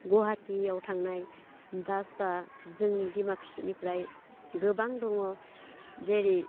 गवाहाटीयाव थांनाय बासा जोंनि डिमाकुसिनिफ्राय गोबां दङ जेरै